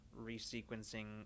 resequencing